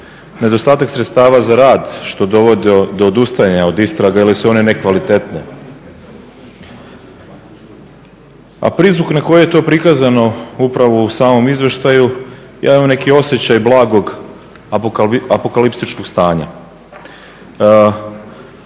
nedostatak sredstava za rad što dovodi do odustajanja od istraga ili su one nekvalitetne, a prizvuk na koji je to prikazano upravo u samom izvještaju ja imam neki osjećaj blagog apokaliptičkog stanja.